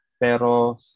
Pero